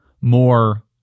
more